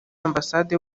ambasade